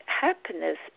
Happiness